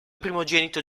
primogenito